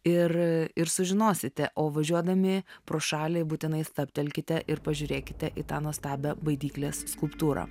ir ir sužinosite o važiuodami pro šalį būtinai stabtelkite ir pažiūrėkite į tą nuostabią baidyklės skulptūrą